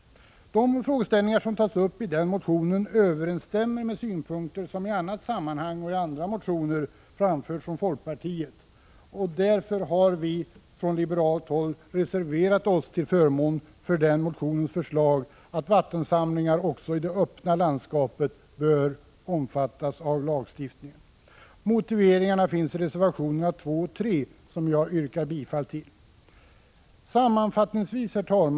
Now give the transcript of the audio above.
De frågeställningar som tas upp i denna motion överensstämmer med synpunkter som i annat sammanhang och i andra motioner har framförts från folkpartiet, och därför har vi från liberalt håll reserverat oss till förmån för — Prot. 1985/86:140 motionens förslag att vattensamlingar också i öppen bygd skall omfattas av 14 maj 1986 lagstiftningen. Motiveringarna finns i reservationerna 2 och 3, som jagyrkaa Z bifall till. Andring i naturvårds Herr talman!